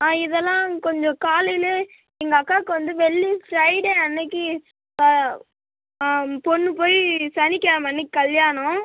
இதெல்லாம் கொஞ்சம் காலையிலே எங்கள் அக்காக்கு வந்து வெள்ளி ஃப்ரைடே அன்னைக்கு பொண்ணு போயி சனிக்கிழம அன்னக்கு கல்யாணம்